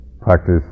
practice